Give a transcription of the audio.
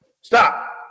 Stop